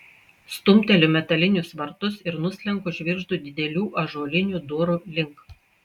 stumteliu metalinius vartus ir nuslenku žvirgždu didelių ąžuolinių durų link